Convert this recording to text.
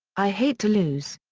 i hate to lose.